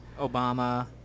Obama